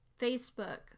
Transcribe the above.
Facebook